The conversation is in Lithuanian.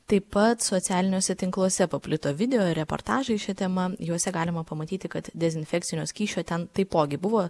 taip pat socialiniuose tinkluose paplito video reportažai šia tema juose galima pamatyti kad dezinfekcinio skysčio ten taipogi buvo